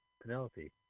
Penelope